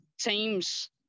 teams